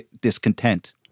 discontent